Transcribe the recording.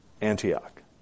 Antioch